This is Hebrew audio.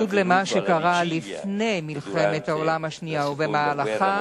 בניגוד למה שקרה לפני מלחמת העולם השנייה ובמהלכה,